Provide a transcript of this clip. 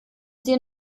sie